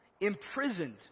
imprisoned